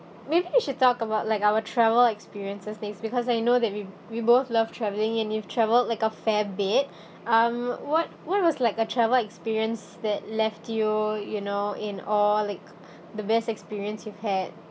maybe we should talk about like our travel experiences next because I know that we we both love travelling and you've travelled like a fair bit um what what was like a travel experience that left you you know in awe like the best experience you had